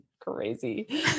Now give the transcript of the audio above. crazy